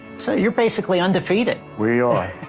so you're basically undefeated. we are.